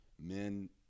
men